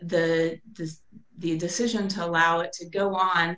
the as the decision to allow it to go on